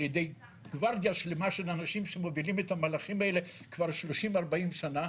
על ידי גוורדיה שלמה של אנשים שמובילים את המהלכים האלה כבר 30-40 שנה.